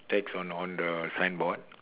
text on on the signboard